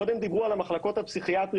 קודם דיברו על המחלקות הפסיכיאטריות.